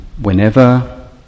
whenever